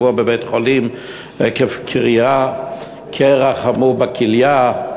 שבוע בבית-חולים עקב קרע חמור בכליה.